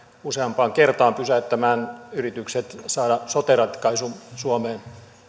useampaan kertaan pysäyttämään yritykset saada sote ratkaisu suomeen